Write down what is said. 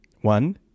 One